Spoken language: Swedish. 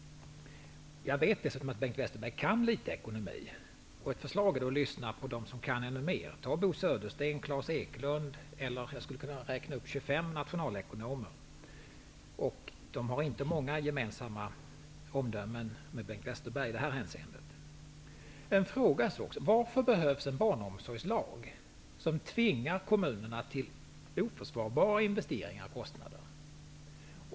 Jag vet dessutom att Bengt Westerberg kan litet om ekonomi. Ett förslag är att lyssna på dem som kan ännu mer. Tag exempelvis Bo Södersten och Klaes Eklund. Jag skulle kunna räkna upp 25 na tionalekonomer som inte har många gemen samma omdömen med Bengt Westerberg i det här hänseendet. Varför behövs en barnomsorgslag, som tvingar kommunerna till oförsvarbara investeringar och kostnader?